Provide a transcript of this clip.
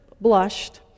blushed